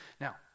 Now